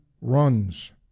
runs